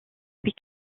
louis